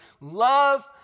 love